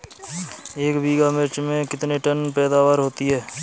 एक बीघा मिर्च में कितने टन पैदावार होती है?